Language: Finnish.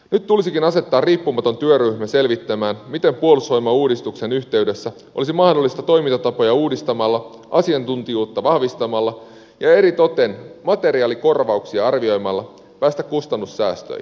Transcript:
nyt tulisikin asettaa riippumaton työryhmä selvittämään miten puolustusvoimauudistuksen yhteydessä olisi mahdollista toimintatapoja uudistamalla asiantuntijuutta vahvistamalla ja eritoten materiaalikorvauksia arvioimalla päästä kustannussäästöihin